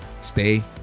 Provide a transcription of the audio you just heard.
stay